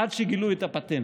עד שגילו את הפטנט.